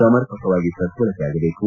ಸಮರ್ಪಕವಾಗಿ ಸದ್ಲಳಕೆಯಾಗಬೇಕು